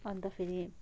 अन्त फेरि